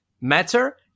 matter